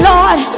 Lord